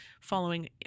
following